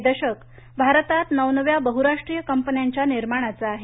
हे दशक भारतात नवनव्या बहुराष्ट्रीय कंपन्यांच्या निर्माणाचं आहे